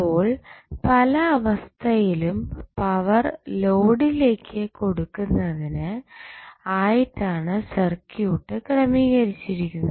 അപ്പോൾ പല അവസ്ഥയിലും പവർ ലോഡിലേക്ക് കൊടുക്കുന്നതിന് ആയിട്ടാണ് സർക്യൂട്ട് ക്രമീകരിച്ചിരിക്കുന്നത്